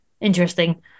interesting